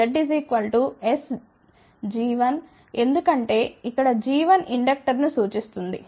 Z Sg1 ఎందుకంటే ఇక్కడ g1 ఇండక్టర్ను సూచిస్తుంది